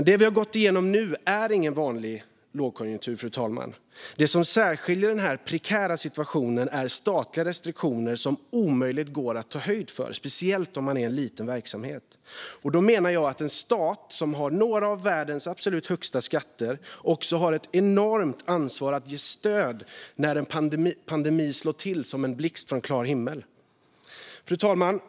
Det vi har gått igenom nu är ingen vanlig lågkonjunktur, fru talman. Det som särskiljer den här prekära situationen är statliga restriktioner som omöjligt går att ta höjd för, speciellt om man är en liten verksamhet. Jag menar att en stat som har några av världens absolut högsta skatter också har ett enormt ansvar att ge stöd när en pandemi slår till som en blixt från klar himmel. Fru talman!